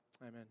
Amen